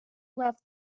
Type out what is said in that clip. left